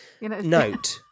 Note